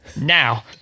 now